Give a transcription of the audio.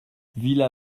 villa